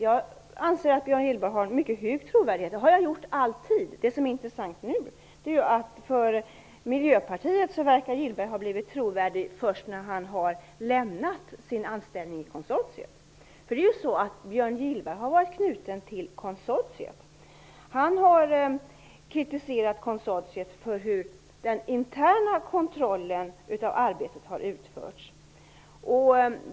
Jag anser att Björn Gillberg har mycket hög trovärdighet, och det har jag alltid ansett. Det som är intressant nu är att Björn Gillberg har blivit trovärdig för Miljöpartiet först när han har lämnat sin anställning i konsortiet. Björn Gillberg har varit knuten till konsortiet. Han har kritiserat konsortiet för sättet att utföra den interna kontrollen av arbetet.